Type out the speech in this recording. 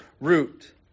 root